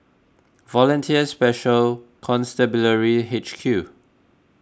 Volunteer Special Constabulary H Q